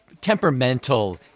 Temperamental